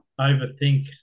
overthink